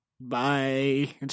Bye